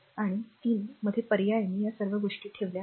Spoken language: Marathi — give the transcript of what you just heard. आणि 3 मध्ये पर्यायाने या सर्व गोष्टी येथे ठेवल्या आहेत